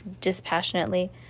dispassionately